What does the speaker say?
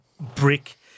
brick